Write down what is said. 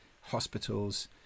hospitals